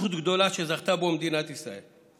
זכות גדולה שזכתה בה מדינת ישראל.